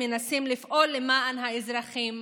מנסים לפעול למען האזרחים,